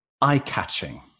eye-catching